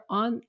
on